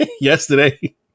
yesterday